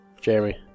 Jeremy